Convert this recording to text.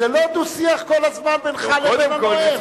זה לא דו-שיח כל הזמן בינך לבין כהן.